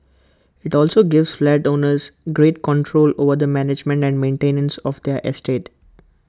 IT also gives flat owners greater control over the management and maintenance of their estate